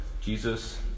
Jesus